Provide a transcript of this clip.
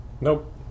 Nope